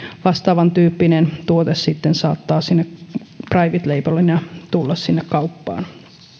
vastaavantyyppinen tuote sitten saattaa private labelina tulla sinne kauppaan